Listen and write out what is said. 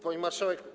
Pani Marszałek!